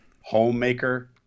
homemaker